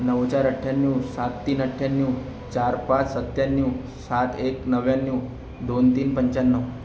नऊ चार अठ्ठ्याण्णव सात तीन अठ्ठ्याण्णव चार पाच सत्त्याण्णव सात एक नव्व्याण्णव दोन तीन पंचाण्णव